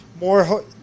more